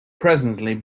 presently